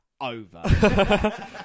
Over